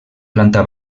planta